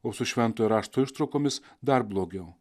o su šventojo rašto ištraukomis dar blogiau